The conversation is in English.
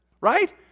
Right